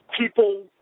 people